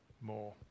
more